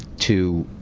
to